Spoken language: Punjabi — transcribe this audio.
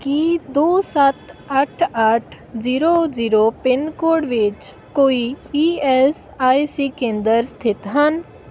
ਕੀ ਦੋ ਸੱਤ ਅੱਠ ਅੱਠ ਜ਼ੀਰੋ ਜ਼ੀਰੋ ਪਿਨਕੋਡ ਵਿੱਚ ਕੋਈ ਈ ਐਸ ਆਈ ਸੀ ਕੇਂਦਰ ਸਥਿਤ ਹਨ